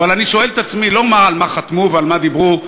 אבל אני שואל את עצמי לא על מה חתמו ועל מה דיברו,